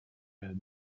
had